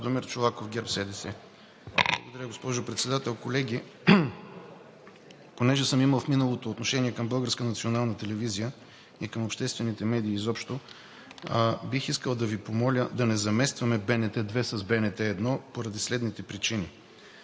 РАДОМИР ЧОЛАКОВ (ГЕРБ-СДС): Благодаря, госпожо Председател. Колеги, понеже в миналото съм имал отношение към БНТ и към обществените медии изобщо, бих искал да Ви помоля да не заместваме БНТ 2 с БНТ 1 поради следните причини: